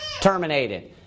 terminated